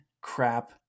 crap